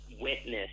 witness